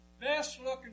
Best-looking